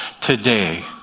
today